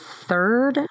third